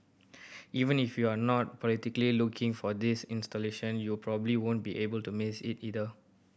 even if you are not politically looking for this installation you probably won't be able to miss it either